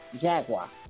jaguar